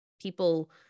people